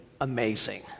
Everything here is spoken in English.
amazing